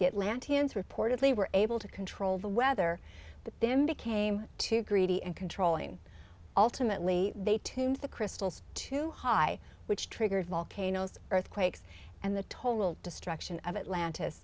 get lanterns reportedly were able to control the weather but then became too greedy and controlling ultimately they tuned the crystals to high which triggered volcanoes earthquakes and the total destruction of atlant